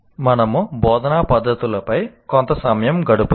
మనము బోధనా పద్ధతులపై కొంత సమయం గడుపుతాము